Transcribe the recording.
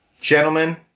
gentlemen